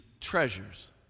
treasures